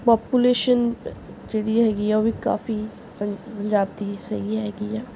population ਜਿਹੜੀ ਹੈਗੀ ਹੈ ਉਹ ਵੀ ਕਾਫ਼ੀ ਪੰਜਾਬ ਦੀ ਸਹੀ ਹੈਗੀ ਐ